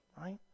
right